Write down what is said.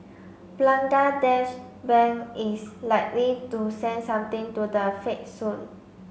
Bangladesh Bank is likely to send something to the Fed soon